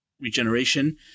regeneration